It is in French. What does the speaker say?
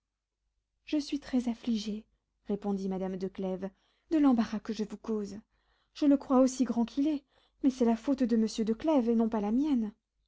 je suis très affligée répondit madame de clèves de l'embarras que je vous cause je le crois aussi grand qu'il est mais c'est la faute de monsieur de clèves et non pas la mienne